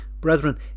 Brethren